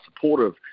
supportive